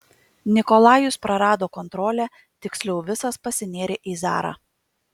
nikolajus prarado kontrolę tiksliau visas pasinėrė į zarą